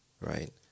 right